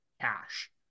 cash